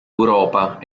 europa